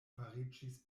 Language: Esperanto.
fariĝis